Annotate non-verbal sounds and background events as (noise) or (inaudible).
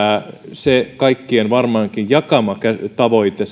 se varmaankin kaikkien jakama tavoite (unintelligible)